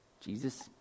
Jesus